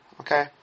Okay